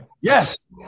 yes